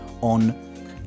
on